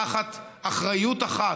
תחת אחריות אחת,